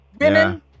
women